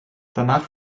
danach